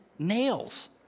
Nails